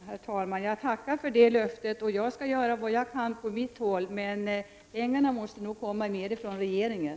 Herr talman! Jag tackar för detta löfte. Jag skall göra vad jag kan på mitt håll, men pengarna måste nog komma framför allt från regeringen.